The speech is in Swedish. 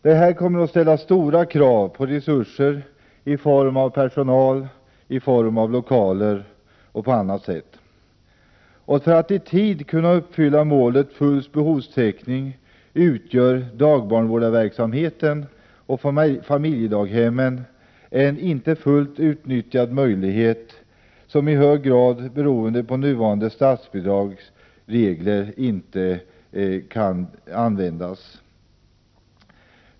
Det kommer att ställa stora krav på resurser t.ex. i form av personal och lokaler. För att i tid kunna uppfylla målet för behovstäckning utgör dagbarnvårdarverksamheten och familjedaghemmen en inte fullt utnyttjad möjlighet. Det beror i hög grad på de nuvarande statsbidragsreglerna.